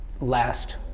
last